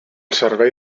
servei